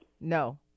No